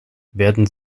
werden